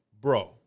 Bro